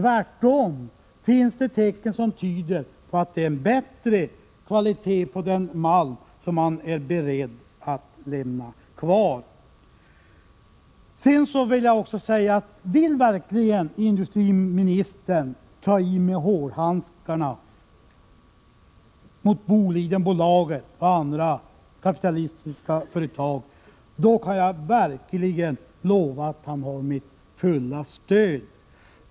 Det finns tvärtom tecken som tyder på att det är bättre kvalitet på den malm som man är beredd att lämna kvar. Om industriministern verkligen vill ta i med hårdhandskarna mot Bolidenbolaget och andra kapitalistiska företag, kan jag verkligen lova att han har mitt fulla stöd.